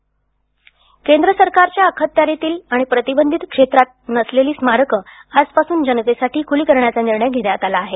स्मारक केंद्र सरकारच्या अखत्यारीतील आणि प्रतिबंधीत क्षेत्रात नसलेली स्मारकं आजपासून जनतेसाठी खुली करण्याचा निर्णय घेतला आहे